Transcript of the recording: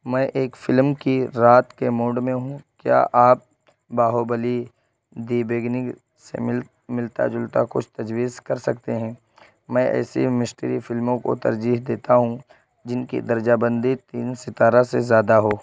میں ایک فلم کی رات کے موڈ میں ہوں کیا آپ باہوبلی دی بیگننگ سے ملتا جلتا کچھ تجویز کر سکتے ہیں میں ایسی مسٹری فلموں کو ترجیح دیتا ہوں جن کی درجہ بندی تین ستارہ سے زیادہ ہو